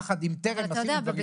יחד עם טרם עשיתי דברים טובים.